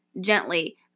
gently